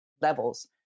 levels